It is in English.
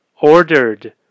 ordered